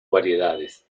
variedades